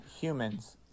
humans